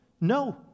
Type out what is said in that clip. No